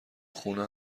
خونه